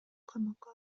камакка